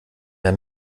mehr